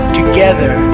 together